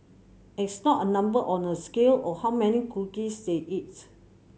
it's not a number on a scale or how many cookies they eat